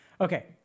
okay